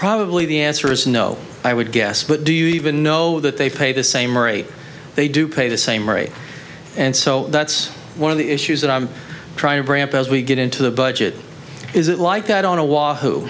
probably the answer is no i would guess but do you even know that they pay the same rate they do pay the same rate and so that's one of the issues that i'm trying to bring up as we get into the budget is it like that on a wall who